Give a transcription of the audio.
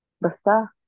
basta